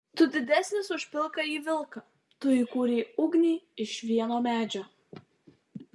tu didesnis už pilkąjį vilką tu įkūrei ugnį iš vieno medžio